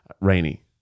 Rainy